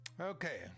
Okay